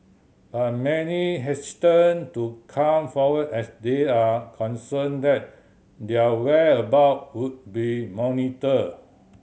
but many hesitant to come forward as they are concerned that their whereabout would be monitored